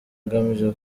agamije